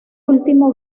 último